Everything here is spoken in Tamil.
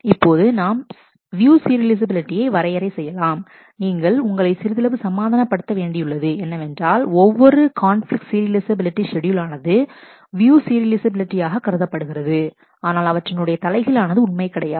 இப்போது நாம் வியூ சீரியலைஃசபிலிட்டியை வரையறை செய்யலாம் நீங்கள் உங்களை சிறிதளவு சமாதானப் படுத்த வேண்டியுள்ளது என்னவென்றால் ஒவ்வொரு கான்பிலிக்ட் சீரியலைஃசபிலிட்டி ஷெட்யூல் ஆனது வியூ சீரியலைஃசபிலிட்டி ஆக கருதப்படுகிறது ஆனால் அவற்றினுடைய தலைகீழானது உண்மை கிடையாது